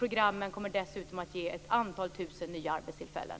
Programmen kommer dessutom att ge ett antal tusen nya arbetstillfällen.